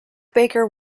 baker